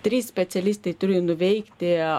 trys specialistai turi nuveikti